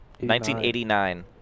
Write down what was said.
1989